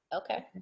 Okay